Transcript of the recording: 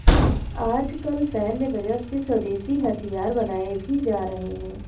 आजकल सैन्य बजट से स्वदेशी हथियार बनाये भी जा रहे हैं